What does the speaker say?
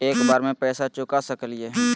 एक बार में पैसा चुका सकालिए है?